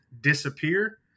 disappear